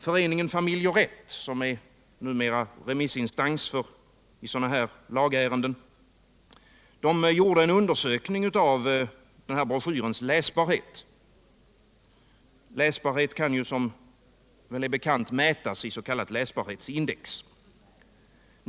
Föreningen Familj och Rätt, som numera är remissinstans för sådana lagar, gjorde en undersökning av broschyrens läsbarhet. Läsbarhet kan som bekant mätas i s.k. läsbarhetsindex.